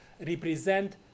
represent